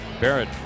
Barrett